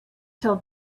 till